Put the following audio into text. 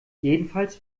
jedenfalls